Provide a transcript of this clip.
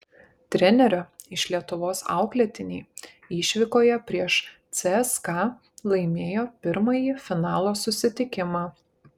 trenerio iš lietuvos auklėtiniai išvykoje prieš cska laimėjo pirmąjį finalo susitikimą